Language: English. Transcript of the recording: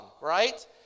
right